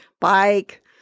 bike